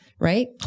right